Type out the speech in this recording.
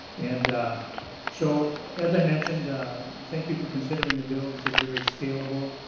and um so as i mentioned thank you for considering the bill this is very scalable.